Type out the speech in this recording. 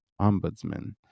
ombudsman